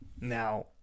Now